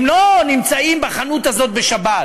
הם לא נמצאים בחנות הזאת בשבת,